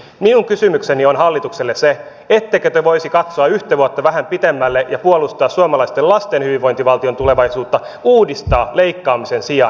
minun kysymykseni on hallitukselle se ettekö te voisi katsoa vähän yhtä vuotta pitemmälle ja puolustaa suomalaisten lasten hyvinvointivaltion tulevaisuutta uudistaa leikkauksen sijaan